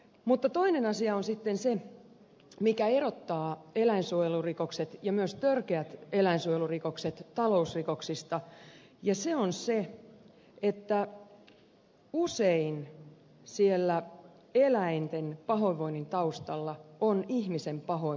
mutta toinen asia on sitten se mikä erottaa eläinsuojelurikokset ja myös törkeät eläinsuojelurikokset talousrikoksista ja se on se että usein siellä eläinten pahoinvoinnin taustalla on ihmisen pahoinvointi